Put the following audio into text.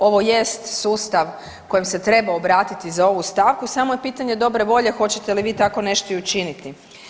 Ovo jest sustav kojem se treba obratiti za ovu stavku, samo je pitanje dobre volje, hoćete li tako nešto i učiniti.